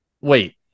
Wait